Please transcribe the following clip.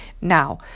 now